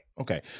Okay